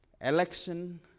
Election